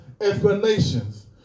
explanations